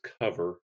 cover